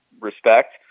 respect